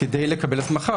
כדי לקבל הסמכה,